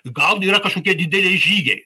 gal yra kažkokie dideliai žygiai